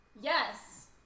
Yes